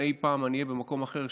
אם אי פעם אני אהיה במקום אחר,